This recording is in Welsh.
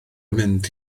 mynd